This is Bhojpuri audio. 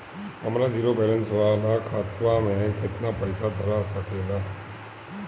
हमार जीरो बलैंस वाला खतवा म केतना पईसा धरा सकेला?